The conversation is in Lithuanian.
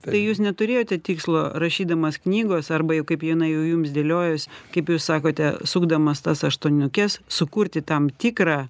tai jūs neturėjote tikslo rašydamas knygos arba jau kaip junai jau jums dėliojos kaip jūs sakote sukdamas tas aštuoniukes sukurti tam tikrą